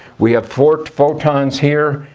we have four photons here.